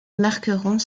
marqueront